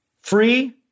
free